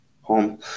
home